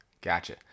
Gotcha